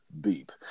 beep